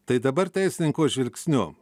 tai dabar teisininko žvilgsniu